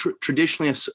traditionally